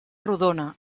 rodona